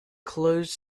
closed